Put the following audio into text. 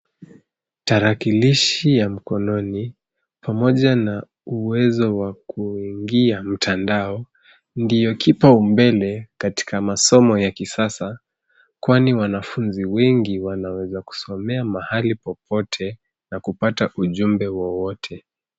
Tarakilishi ya mkononi, pamoja na uwezo wa kuingia mtandao, ndio kipau mbele katika masomo ya kisasa kwani wanafunzi wengi wanaweza kusomea mahali popote na kupata ujumbe wowote.